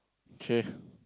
okay